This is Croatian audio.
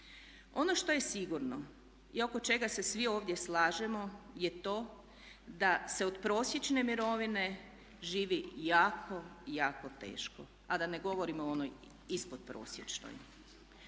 Ono što je sigurno i oko čega se svi ovdje slažemo je to da se od prosječne mirovine živi jako, jako teško a da ne govorimo o onoj ispod prosječnoj.